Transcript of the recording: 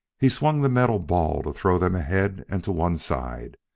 he swung the metal ball to throw them ahead and to one side,